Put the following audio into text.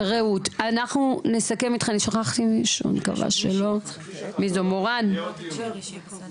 הנושא הוא טיפה